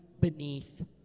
beneath